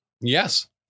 Yes